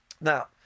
Now